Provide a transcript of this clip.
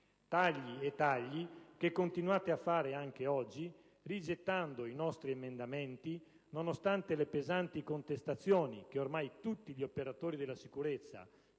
Tagli e tagli che continuate a fare anche oggi, rigettando i nostri emendamenti, nonostante le pesanti contestazioni che ormai tutti gli operatori della sicurezza,